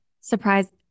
Surprise